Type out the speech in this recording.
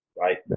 right